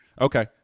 Okay